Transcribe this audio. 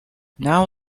now